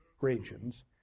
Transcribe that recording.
regions